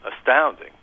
astounding